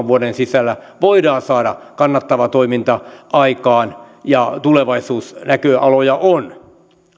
vuoden sisällä voidaan saada kannattava toiminta aikaan ja tulevaisuusnäköaloja on